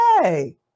hey